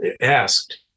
asked